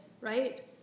right